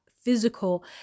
physical